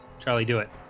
charlie do it.